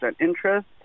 interest